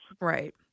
Right